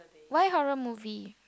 why horror movie